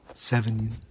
Seven